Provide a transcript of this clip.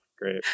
Great